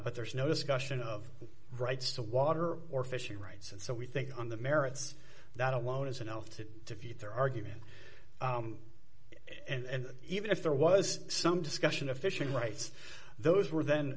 but there's no discussion of rights to water or fishing rights and so we think on the merits that alone is enough to defeat their argument and even if there was some discussion of fishing rights those were then